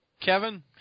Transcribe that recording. Kevin